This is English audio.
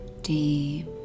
deep